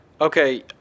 Okay